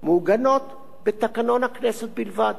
מעוגנות בתקנון הכנסת בלבד.